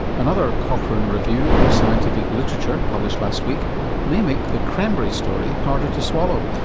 another cochrane review of the scientific literature published last week may make the cranberry story harder to swallow.